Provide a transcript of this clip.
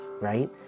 right